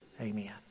Amen